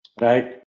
right